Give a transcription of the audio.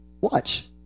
Watch